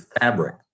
fabric